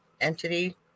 entity